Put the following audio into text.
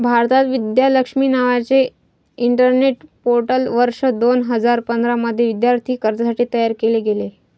भारतात, विद्या लक्ष्मी नावाचे internet portal वर्ष दोन हजार पंधरा मध्ये विद्यार्थी कर्जासाठी तयार केले गेले